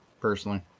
personally